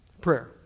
prayer